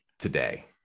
today